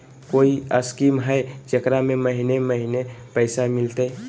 कोइ स्कीमा हय, जेकरा में महीने महीने पैसा मिलते?